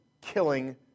killing